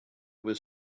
was